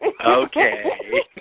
Okay